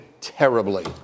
terribly